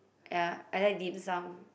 ya I like Dim Sum